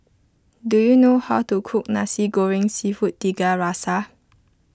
do you know how to cook Nasi Goreng Seafood Tiga Rasa